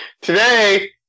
today